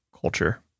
culture